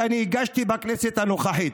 כפי שאני הגשתי בכנסת הנוכחית.